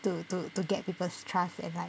to to to get people's trust and like